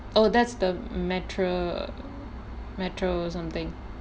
oh that's the m~ metro metro or something